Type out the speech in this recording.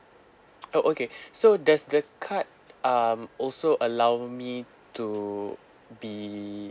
oh okay so there's the card um also allow me to be